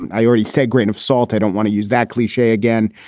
and i already said grain of salt. i don't want to use that cliche again,